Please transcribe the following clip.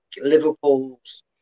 Liverpool's